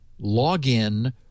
login